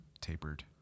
tapered